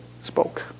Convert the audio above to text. spoke